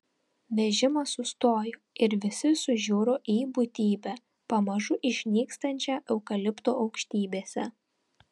vežimas sustojo ir visi sužiuro į būtybę pamažu išnykstančią eukalipto aukštybėse